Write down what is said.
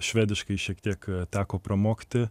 švediškai šiek tiek teko pramokti